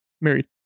married